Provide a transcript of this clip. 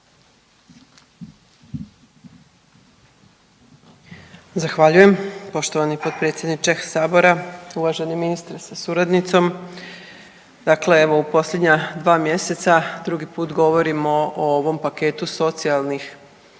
Zahvaljujem poštovani potpredsjedniče sabora, uvaženi ministre sa suradnicom. Dakle evo u posljednja dva mjeseca drugi put govorimo o ovom paketu socijalnih